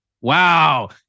Wow